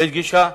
ויש גישה,